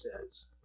says